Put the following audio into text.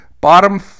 bottom